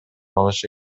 алышы